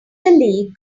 lee